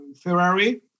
Ferrari